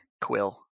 Quill